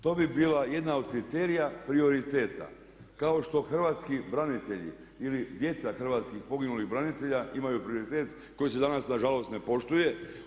To bi bila jedna od kriterija prioriteta, kao što hrvatski branitelji ili djeca hrvatskih poginulih branitelja imaju prioritet koji se danas nažalost ne poštuje.